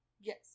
Yes